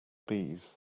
bees